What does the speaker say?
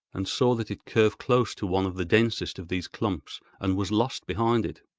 and saw that it curved close to one of the densest of these clumps and was lost behind it.